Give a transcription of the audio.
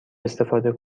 استفاده